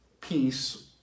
peace